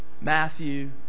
Matthew